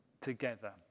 together